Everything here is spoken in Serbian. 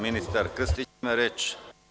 Ministar Krstić ima reč.